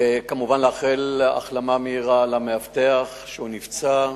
וכמובן לאחל החלמה מהירה למאבטח שנפצע.